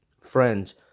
Friends